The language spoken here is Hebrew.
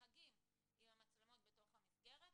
מתנהגים עם המצלמות בתוך המסגרת,